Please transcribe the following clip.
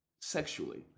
sexually